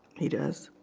he does